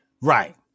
right